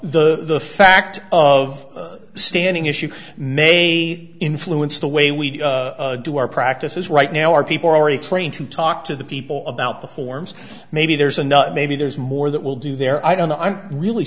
it the fact of standing issue may influence the way we do our practice is right now our people are already trained to talk to the people about the forms maybe there's another maybe there's more that will do there i don't know i'm really